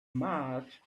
march